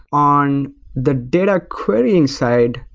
on the data querying side,